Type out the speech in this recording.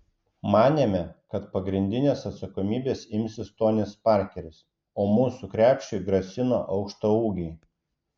manėme kad pagrindinės atsakomybės imsis tonis parkeris o mūsų krepšiui grasino aukštaūgiai